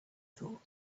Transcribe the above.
thought